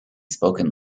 spoken